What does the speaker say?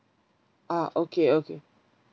ah okay okay